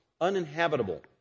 uninhabitable